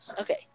okay